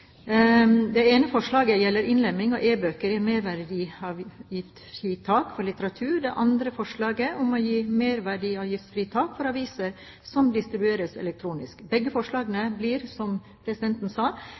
Det ene forslaget gjelder innlemming av e-bøker i merverdiavgiftsfritaket for litteratur. Det andre er forslag om å gi merverdiavgiftsfritak for aviser som distribueres elektronisk. Begge forslagene blir, som presidenten sa,